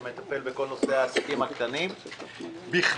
שמטפל בכל נושא העסקים הקטנים בכללם,